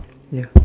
ya